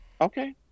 Okay